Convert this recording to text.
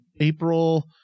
April